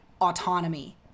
autonomy